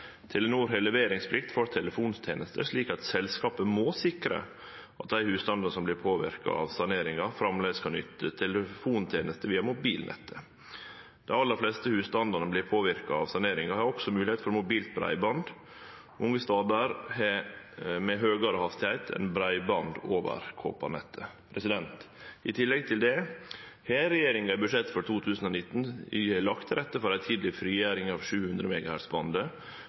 Telenor har leveringsplikt for telefontenester, så selskapet må sikre at dei husstandane som vert påverka av saneringa, framleis kan nytte telefontenester via mobilnettet. Dei aller fleste husstandane som vert påverka av saneringa, har også moglegheit for mobilt breiband. Mange stader har vi høgare hastigheit enn breiband over koparnettet. I tillegg til det har regjeringa i budsjettet for 2019 lagt til rette for ei tidleg frigjering av 700